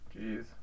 Jeez